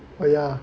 yeah